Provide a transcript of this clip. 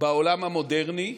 בעולם המודרני,